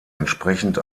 entsprechend